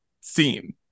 scene